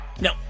No